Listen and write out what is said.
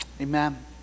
Amen